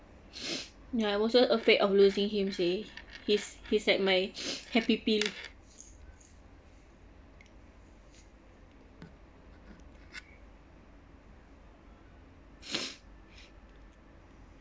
ya I'm also afraid of losing him say his his like my happy pill